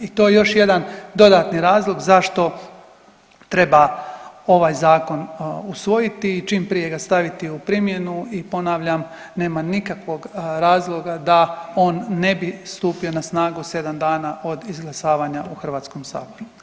I to je još jedan dodatni razlog zašto treba ovaj zakon usvojiti i čim prije ga staviti u primjenu i ponavljam nema nikakvog razloga da on ne bi stupio na snagu 7 dana od izglasavanja u Hrvatskom saboru.